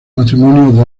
matrimonio